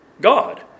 God